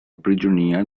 prigionia